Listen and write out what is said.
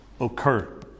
occur